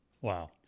Wow